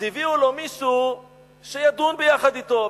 אז הביאו לו מישהו שידון ביחד אתו,